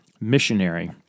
missionary